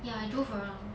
ya I drove around